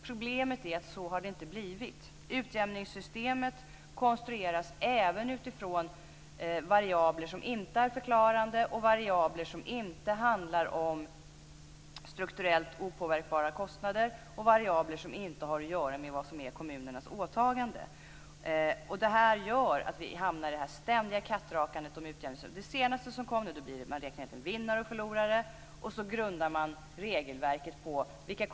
Problemet är att det inte har blivit så. Utjämningssystemet konstrueras även utifrån variabler som inte är förklarande, som inte handlar om strukturellt opåverkbara kostnader och som inte har att göra med vad som är kommunernas åtaganden. Detta gör att vi hamnar i det här ständiga kattrakandet om utjämningssystemet. Det senaste är att man räknar ut en vinnare och en förlorare och så grundar man regelverket på det.